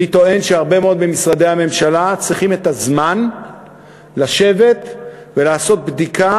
אני טוען שהרבה מאוד ממשרדי הממשלה צריכים את הזמן לשבת ולעשות בדיקה